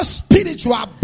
spiritual